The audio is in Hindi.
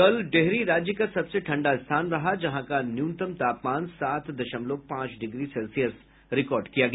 कल डेहरी राज्य का सबसे ठंडा स्थान रहा जहां का न्यूनतम तापमान सात दशमलव पांच डिग्री सेल्सियस रिकार्ड किया गया